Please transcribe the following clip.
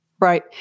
Right